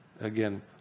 again